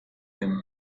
them